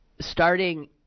Starting